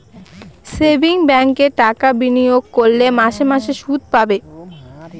savings ব্যাঙ্কে টাকা বিনিয়োগ করলে মাসে মাসে শুদ পাবে